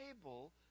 table